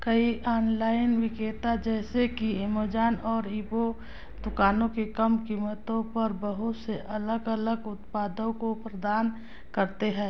कई ऑनलाइन विक्रेता जैसे कि ऐमजॉन और इबो दुकानों से कम कीमतों पर बहुत से अलग अलग उत्पादों को प्रदान करते हैं